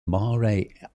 mare